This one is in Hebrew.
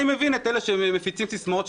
אני מבין את אלה שמפיצים סיסמאות,